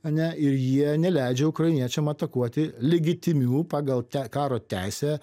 ane ir jie neleidžia ukrainiečiam atakuoti legitimių pagal te karo teisę